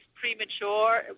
premature